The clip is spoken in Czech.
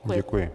Děkuji.